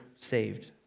saved